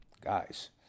guys